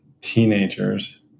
teenagers